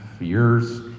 years